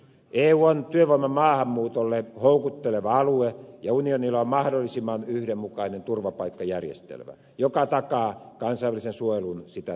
eu on työvoiman maahanmuutolle houkutteleva alue ja unionilla on mahdollisimman yhdenmukainen turvapaikkajärjestelmä joka takaa kansainvälisen suojelun sitä tarvitseville